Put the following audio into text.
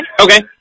Okay